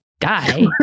guy